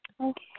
Okay